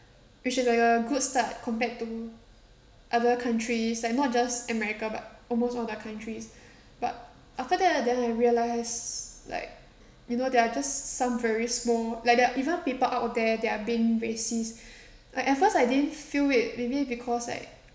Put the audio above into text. which is like a good start compared to other countries like not just america but almost all the countries but after that ah then I realise like you know there are just some very small like there even people out of there that are being racist at at first I didn't feel it maybe because like